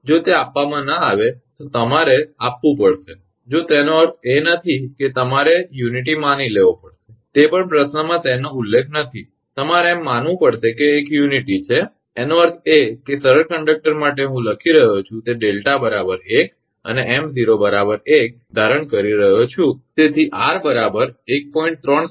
જો તે આપવામાં ન આવે તો તમારે આપવું પડશે જો તેનો અર્થ એ નથી કે તમારે એક માની લેવો પડશે તે પણ પ્રશ્નમાં તેનો ઉલ્લેખ નથી તમારે એમ માનવું પડશે કે તે એક છે એનો અર્થ એ કે સરળ કંડક્ટર માટે હું લખી રહ્યો છું તે 𝛿 1 અને 𝑚0 1 ધારણ કરી રહ્યો છું